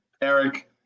Eric